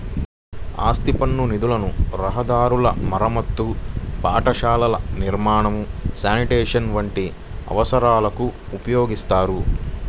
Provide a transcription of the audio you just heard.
ఆస్తి పన్ను నిధులను రహదారుల మరమ్మతు, పాఠశాలల నిర్మాణం, శానిటేషన్ వంటి అవసరాలకు ఉపయోగిత్తారు